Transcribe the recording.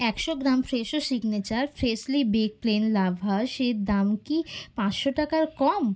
একশো gram Fresho signature freshly baked plain লাভাশের দাম কি পাঁচশো টাকার কম